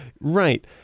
right